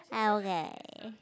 okay